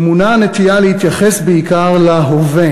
טמונה הנטייה להתייחס בעיקר להווה,